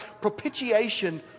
propitiation